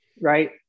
right